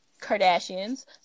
Kardashians